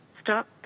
stop